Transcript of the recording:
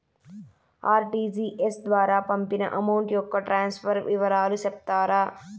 RTGS ద్వారా పంపిన amount యొక్క ట్రాన్స్ఫర్ వివరాలు సెప్తారా